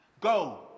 Go